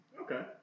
Okay